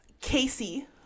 Casey